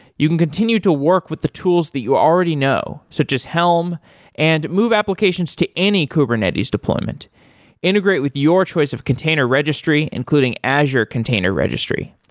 you can continue to work with the tools that you already know, so just helm and move applications to any kubernetes deployment integrate with your choice of container registry, including azure container registry.